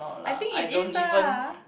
I think it is ah